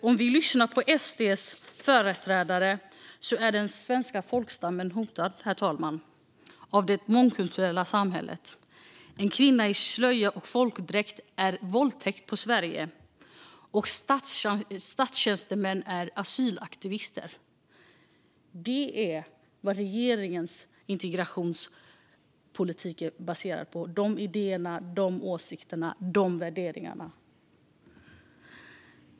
Om vi lyssnar på SD:s företrädare, herr talman, får vi höra att den svenska folkstammen är hotad av det mångkulturella samhället, att en kvinna i slöja och folkdräkt är en våldtäkt på Sverige och att statstjänstemän är asylaktivister. Det är vad regeringens integrationspolitik är baserad på - de idéerna, de åsikterna och de värderingarna.